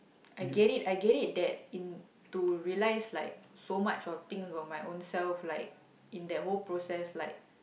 I get it I get it that in to realise like so much of things about my own self like in that whole process like